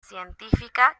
científica